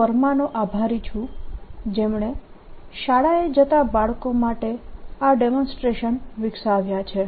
વર્મા નો આભારી છું જેમણે શાળાએ જતા બાળકો માટે આ ડેમોન્સ્ટ્રેશન વિકસાવ્યા છે